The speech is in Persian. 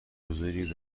بزرگی